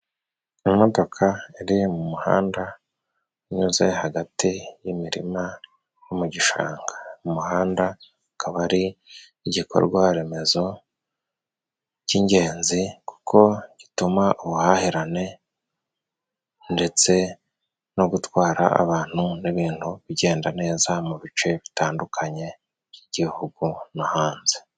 Imodoka iri mu muhanda unyuze hagati y'imirima yo mu gishanga. Umuhanda ukaba ari igikorwa remezo cy'ingenzi, kuko gituma ubuhahirane ndetse no gutwara abantu n'ibintu bigenda neza, mu bice bitandukanye by'igihugu no hanze.